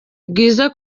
bwiza